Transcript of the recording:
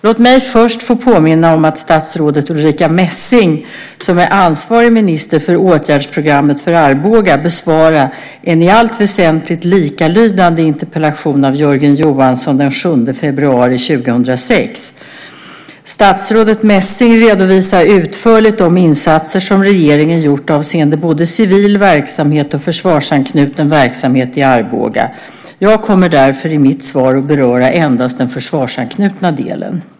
Låt mig först få påminna om att statsrådet Ulrica Messing, som är ansvarig minister för åtgärdsprogrammet för Arboga, besvarade en i allt väsentligt likalydande interpellation av Jörgen Johansson den 7 februari 2006, interpellation 2005/06:209. Statsrådet Messing redovisade utförligt de insatser som regeringen gjort avseende både civil verksamhet och försvarsanknuten verksamhet i Arboga. Jag kommer därför i mitt svar att beröra endast den försvarsanknutna delen.